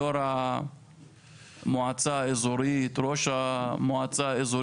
ראש המועצה האזורית הוא ערבי.